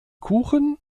kuchen